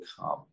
come